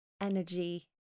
energy